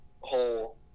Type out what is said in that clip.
whole